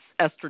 estrogen